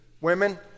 Women